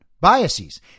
biases